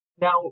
Now